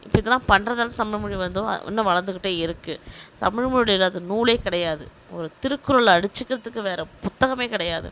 இப்போ இதெலாம் பண்ணுறதால தமிழ்மொழி வந்து இன்னும் வளர்ந்துக்கிட்டே இருக்குது தமிழ்மொழி இல்லாத நூலே கிடையாது ஒரு திருக்குறளை அடிச்சுக்கிறதுக்கு வேறு புத்தகமே கிடையாது